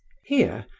here,